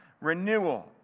renewal